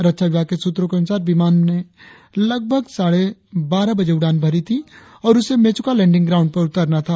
रक्षा विभाग के सूत्रों के अनुसार विमान ने लगभग साढ़े बारह बजे उड़ान भरी थी और उसे मेचुका लेंडिंग ग्राउंड पर उतरना था